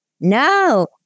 No